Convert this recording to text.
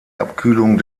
abkühlung